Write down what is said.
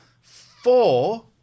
Four